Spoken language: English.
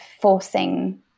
forcing